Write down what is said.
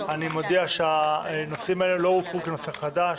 אני מודיע שהנושאים האלה לא הוכרו כנושא חדש.